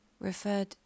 referred